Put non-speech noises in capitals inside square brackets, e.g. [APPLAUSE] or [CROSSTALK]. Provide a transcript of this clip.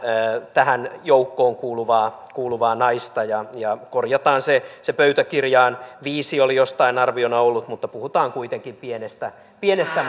tähän joukkoon kuuluvaa kuuluvaa naista korjataan se se pöytäkirjaan viisi oli jossain arviona ollut mutta puhutaan kuitenkin pienestä pienestä [UNINTELLIGIBLE]